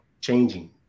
changing